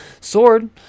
Sword